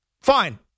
Fine